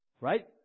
right